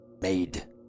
made